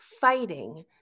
fighting